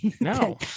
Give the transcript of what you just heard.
No